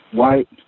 white